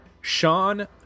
Sean